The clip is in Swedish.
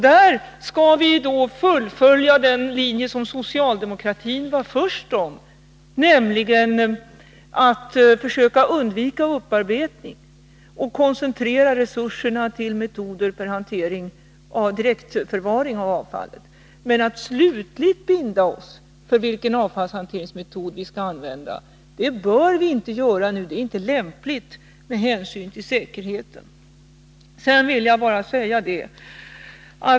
Där skall vi fullfölja den linje som 34 socialdemokratin var först om, nämligen att försöka undvika upparbetning och koncentrera resurserna till metoder för direktförvaring av avfallet. Men slutgiltigt binda oss för vilken avfallshanteringsmetod vi skall använda bör vi inte göra nu. Det är inte lämpligt med hänsyn till säkerheten.